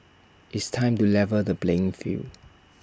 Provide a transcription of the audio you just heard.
it's time to level the playing field